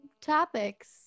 topics